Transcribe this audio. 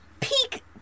peak